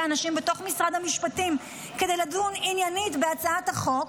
האנשים בתוך משרד המשפטים כדי לדון עניינית בהצעת החוק,